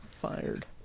Fired